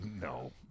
No